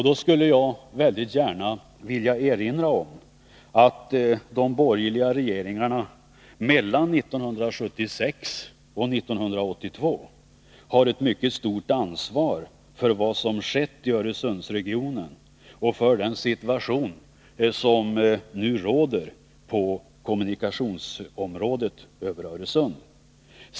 Då skulle jag väldigt gärna vilja erinra om att de borgerliga regeringarna mellan 1976 och 1982 har ett mycket stort ansvar för vad som har skett i Öresundsregionen och för den situation som nu råder när det gäller kommunikationerna över Öresund.